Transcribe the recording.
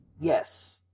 yes